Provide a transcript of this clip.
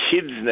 kids